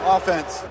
Offense